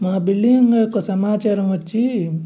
మా బిల్డింగ్ యొక్క సమాచారం వచ్చి